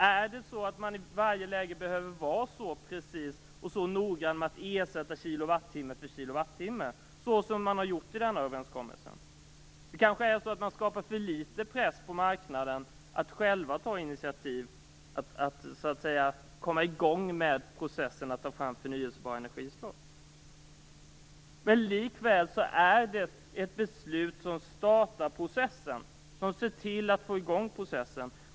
Är det så att man i varje läge måste vara så precis och noggrann med att ersätta kilowattimme för kilowattimme, så som man har gjort i denna överenskommelse? Man kanske skapar för litet press på marknaden att själv ta initiativ, att komma i gång med processen att ta fram förnybara energislag. Likväl är detta ett beslut som startar processen.